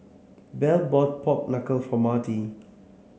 Bell bought Pork Knuckle for Marti